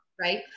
right